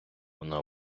вона